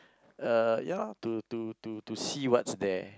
uh ya to to to to see what's there